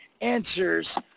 answers